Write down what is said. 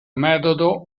metodo